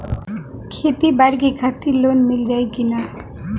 खेती बाडी के खातिर लोन मिल जाई किना?